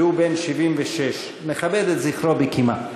והוא בן 76. נכבד את זכרו בקימה.